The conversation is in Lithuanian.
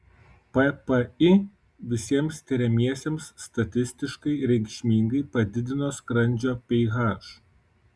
ppi visiems tiriamiesiems statistiškai reikšmingai padidino skrandžio ph